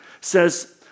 says